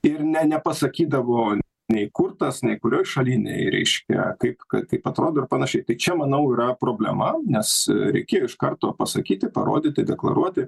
ir ne nepasakydavo nei kur tas nei kurioj šaly nei reiškia kai kaip atrodo ir panašiai tai čia manau yra problema nes reikėjo iš karto pasakyti parodyti deklaruoti